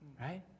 Right